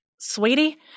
sweetie